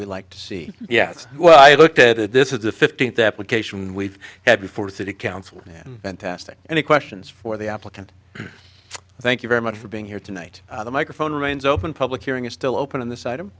we'd like to see yes well i looked at it this is the fifteenth application we've had before city council and testing any questions for the applicant thank you very much for being here tonight the microphone remains open public hearing is still open on th